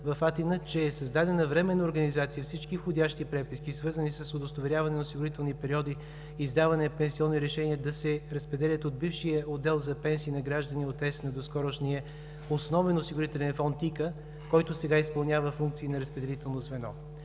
в Атина, че е създадена временна организация, и всички входящи преписки, свързани с удостоверяване на осигурителни периоди и издаване на пенсионни решения да се разпределят от бившия Отдел за пенсии на граждани на доскорошния Основен осигурителен фонд ИКА, който сега изпълнява функции на разпределително звено.